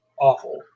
awful